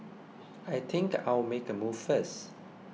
I think I'll make a move first